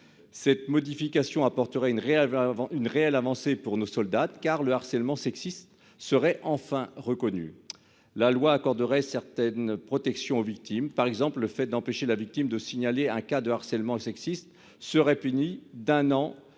Cette modification apportera une réelle avant une réelle avancée pour nos soldats car le harcèlement sexiste serait enfin reconnu la loi accorderait certaines protections aux victimes par exemple, le fait d'empêcher la victime de signaler un cas de harcèlement sexiste serait puni d'un an